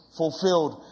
fulfilled